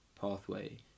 pathway